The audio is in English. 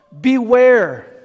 Beware